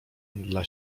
dla